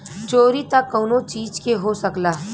चोरी त कउनो चीज के हो सकला